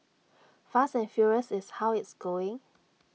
fast and furious is how it's going